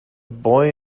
boy